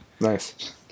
Nice